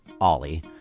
Ollie